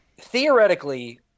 theoretically